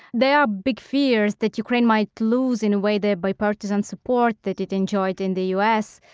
there are big fears that ukraine might lose in a way their bipartisan support that it enjoys in the us,